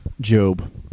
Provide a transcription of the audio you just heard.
Job